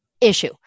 issue